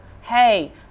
hey